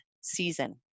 season